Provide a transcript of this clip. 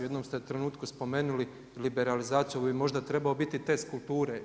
U jednom ste trenutku spomenuli liberalizaciju, ovo bi možda trebao biti test kulture.